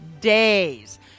days